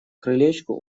крылечку